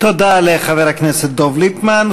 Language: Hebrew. תודה לחבר הכנסת דב ליפמן.